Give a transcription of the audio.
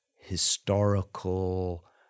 historical